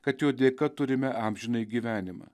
kad jo dėka turime amžinąjį gyvenimą